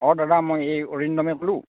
অ দাদা মই এই অৰিন্দমে ক'লোঁ